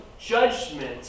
judgment